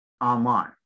online